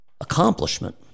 accomplishment